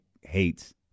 hates